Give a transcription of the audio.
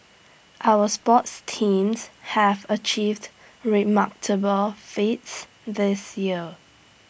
our sports teams have achieved remarkable feats this year